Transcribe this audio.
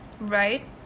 right